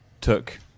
took